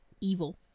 Evil